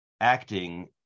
acting